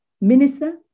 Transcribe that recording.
Minister